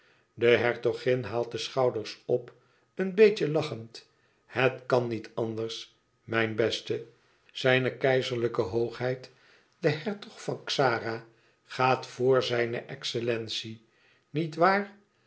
de hertogin haalt de schouders op een beetje lachend het kan niet anders mijn beste zijne keizerlijke hoogheid de hertog van xara gaat vr zijne excellentie niet waar